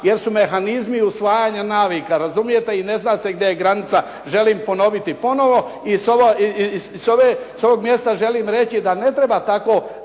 jer su mehanizmi usvajanja navika razumijete i ne zna se gdje je granica, želimo ponoviti ponovno. I s ovog mjesta želim reći da ne treba tako